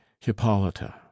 hippolyta